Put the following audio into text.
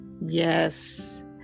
Yes